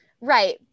right